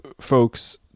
folks